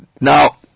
Now